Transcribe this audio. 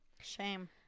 shame